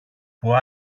που